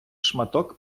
шматок